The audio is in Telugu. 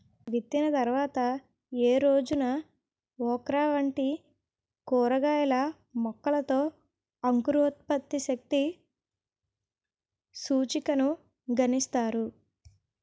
విత్తిన తర్వాత ఏ రోజున ఓక్రా వంటి కూరగాయల మొలకలలో అంకురోత్పత్తి శక్తి సూచికను గణిస్తారు?